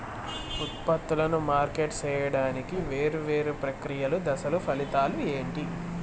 ఉత్పత్తులను మార్కెట్ సేయడానికి వేరువేరు ప్రక్రియలు దశలు ఫలితాలు ఏంటి?